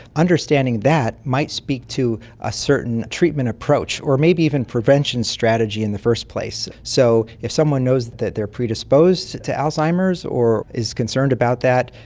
understanding that might speak to a certain treatment approach or maybe even prevention strategy in the first place. so if someone knows that they are predisposed to alzheimer's or is concerned about that,